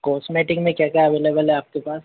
cosmetic में क्या क्या अवेलेबल है आपके पास